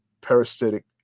parasitic